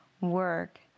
work